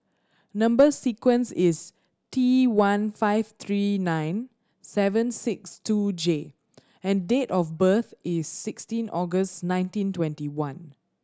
number sequence is T one five three nine seven six two J and date of birth is sixteen August nineteen twenty one